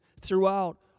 throughout